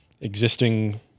existing